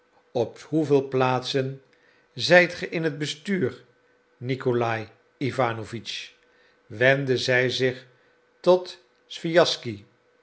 op hoeveel plaatsen zijt gij in het bestuur nikolaï iwanowitsch wendde zij zich tot swijaschsky